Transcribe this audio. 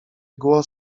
głos